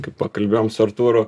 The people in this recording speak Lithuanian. kai pakalbėjom su artūru